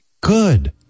good